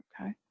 okay